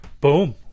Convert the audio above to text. Boom